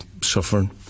suffering